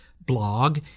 blog